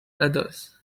others